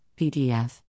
PDF